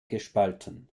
gespalten